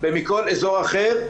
ומכל אזור אחר,